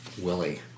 Willie